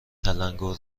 تلنگور